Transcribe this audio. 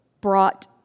brought